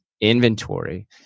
inventory